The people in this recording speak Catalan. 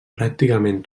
pràcticament